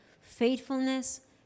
faithfulness